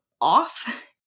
off